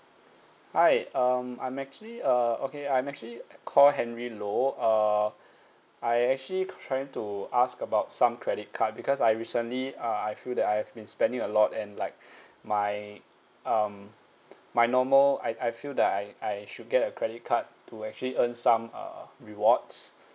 hi um I'm actually uh okay I'm actually called henry low uh I actually trying to ask about some credit card because I recently uh I feel that I've been spending a lot and like my um my normal I I feel that I I should get a credit card to actually earn some err rewards